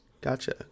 Gotcha